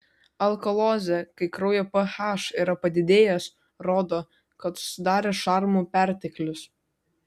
alkalozė kai kraujo ph yra padidėjęs rodo kad susidarė šarmų perteklius